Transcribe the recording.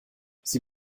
sie